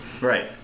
Right